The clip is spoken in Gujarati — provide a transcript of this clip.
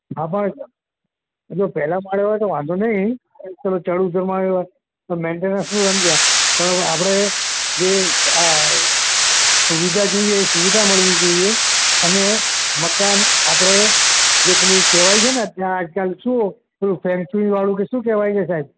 હા પણ જો પહેલા માળે હોય તો વાંધો નહીં ચઢ ઉતરમાં પણ મેન્ટેનન્સનું સમજ્યા પણ આપણે જે આ સુવિધા જોઈએ એ સુવિધા મળવી જોઈએ અને મકાન આપણે જે પેલું કહેવાય છે ને કે આજકાલ શું પેલું ફેંકસૂઇવાળુ કે શું કહેવાય છે સાહેબ